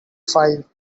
five